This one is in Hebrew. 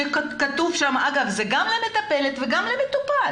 שכתוב שם ואגב, זה גם למטפלת וגם למטופל,